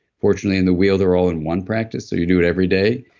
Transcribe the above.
fortunately, in the wheel, they're all in one practice, so you do it every day.